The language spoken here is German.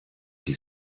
die